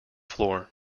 floor